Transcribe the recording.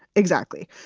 exactly,